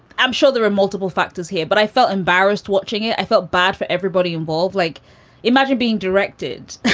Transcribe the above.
i'm sure there are multiple factors here, but i felt embarrassed watching it. i felt bad for everybody involved. like imagine being directed.